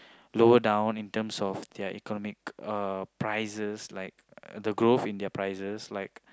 lower down in terms of their economic uh prices like the growth in their prices like